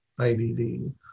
IDD